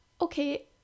okay